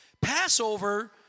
Passover